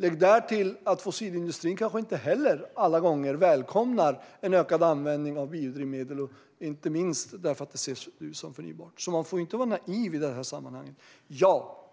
Lägg därtill att fossilindustrin kanske inte heller alla gånger välkomnar en ökad användning av biodrivmedel, inte minst därför att det är förnybart. Man får inte vara naiv i sammanhanget. Ja!